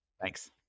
Thanks